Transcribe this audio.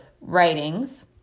Writings